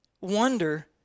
wonder